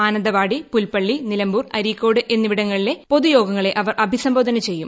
മാനന്തവാടിപുൽപ്പള്ളി നിലമ്പൂർ ്ട്ര അരീക്കോട് എന്നിവിടങ്ങളിലെ പൊതുയോഗങ്ങളെ അവർ ് അടിസംബോധന ചെയ്യും